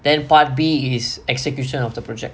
then part B is execution of the project